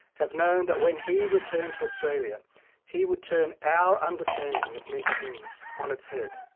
have known that when he returned to australia he would turn our understanding of mental illness on its head.